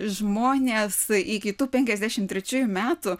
žmonės iki tų penkiasdešimt trečiųjų metų